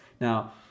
Now